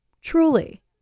Truly